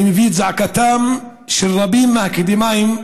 אני מביא את זעקתם של רבים מהאקדמאים,